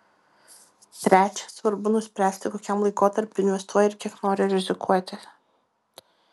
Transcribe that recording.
trečia svarbu nuspręsti kokiam laikotarpiui investuoji ir kiek nori rizikuoti